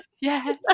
yes